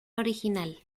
original